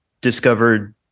discovered